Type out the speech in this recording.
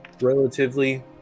relatively